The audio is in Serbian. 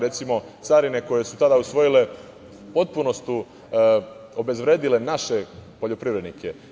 Recimo, carine koje su tada usvojile u potpunosti su obezvredile naše poljoprivrednike.